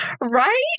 Right